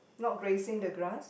not grazing the grass